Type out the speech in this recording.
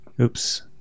Oops